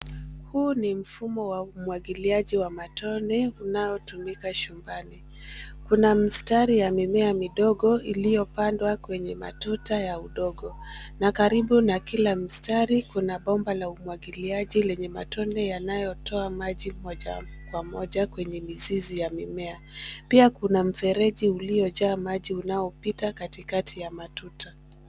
Huu ni mfumo wa umwangiliaji wa matone unaotumika shambani. Kuna mistari ya mimea midogo iliyopandwa kwenye matuta ya udongo, na karibu na kila mstari kuna bomba la umwangiliaji lenye matone yanayotoa maji kwa pamoja kwenye mizizi ya mimea. Pia kuna mfereji uliojaa maji unaopita katikati ya matuta.